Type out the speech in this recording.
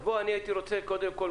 אז אני הייתי רוצה קודם כול,